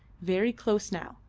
very close now,